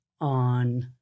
on